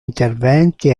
interventi